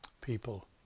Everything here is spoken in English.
people